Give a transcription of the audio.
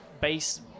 base